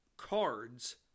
cards